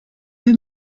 her